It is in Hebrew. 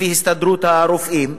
לפי הסתדרות הרופאים,